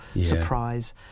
surprise